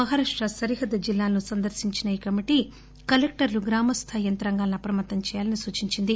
మహారాష్ట సరిహద్దు జిల్లాలను సందర్భించిన ఈ కమిటీ కలెక్టర్లు గ్రామ స్థాయి యంత్రాంగాలను అప్రమత్తం చేయాలని సూచించింది